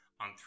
on